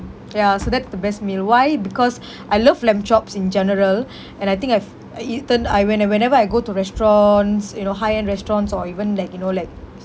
ya so that's the best meal why because I love lamb chops in general and I think I've I eaten I when~ whenever I go to restaurants you know high end restaurants or even like you know like